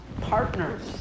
partners